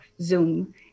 Zoom